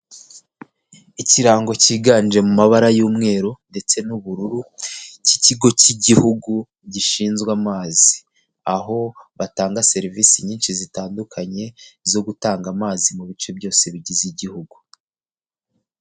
Ikirango cyiganje mu mabara y'umweru ndetse n'ubururu k'ikigo k'igihugu gishinzwe amazi, aho batanga serivisi nyinshi zitandukanye zo gutanga amazi mu bice byose bigize igihugu.